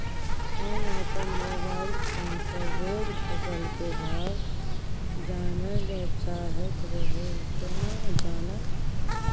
हम अपन mobile phone पर रोज फसल के भाव जानय ल चाहैत रही केना जानब?